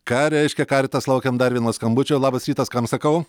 ką reiškia caritas laukiam dar vieno skambučio labas rytas kam sakau